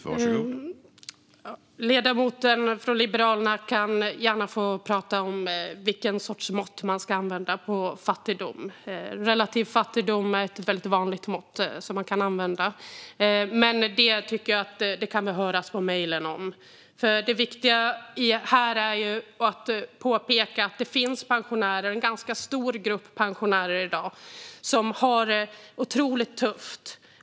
Herr talman! Ledamoten från Liberalerna kan gärna få prata om vilken sorts mått man ska använda på fattigdom. Relativ fattigdom är ett väldigt vanligt mått som man kan använda. Men detta tycker jag att vi kan höras om via mejl. Det viktiga här är att påpeka att det finns en ganska stor grupp pensionärer i dag som har det otroligt tufft.